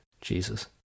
Jesus